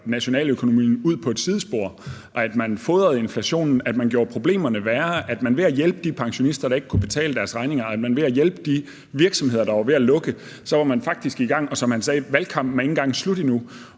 nationaløkonomien ud på et sidespor, og at man fodrede inflationen og gjorde problemerne værre. Ved at hjælpe de pensionister, der ikke kunne betale deres regninger, ved at hjælpe de virksomheder, der var ved at lukke – og, som han sagde, valgkampen var ikke engang slut endnu